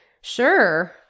sure